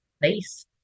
place